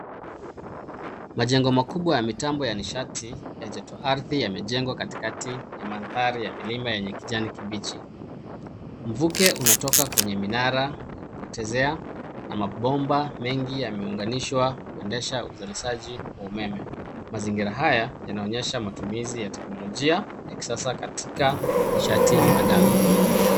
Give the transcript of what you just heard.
Majengo makubwa ya mitambo ya nishati ya jotoardhi yamejengwa katikati ya mandhari ya milima yenye kijani kibichi. Mvuke unatoka kwenye minara ya kupotezea na mabomba mengi yameunganishwa kuendesha uzalishaji wa umeme. Mazingira haya yanaonyesha matumizi ya teknolojia ya kisasa katika nishati mbadala.